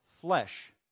flesh